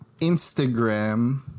Instagram